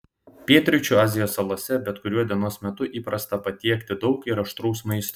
pietryčių azijos salose bet kuriuo dienos metu įprasta patiekti daug ir aštraus maisto